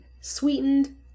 Sweetened